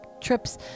trips